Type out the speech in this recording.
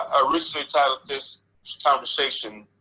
ah originally titled this conversation,